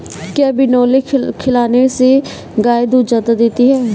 क्या बिनोले खिलाने से गाय दूध ज्यादा देती है?